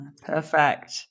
Perfect